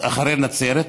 אחרי נצרת.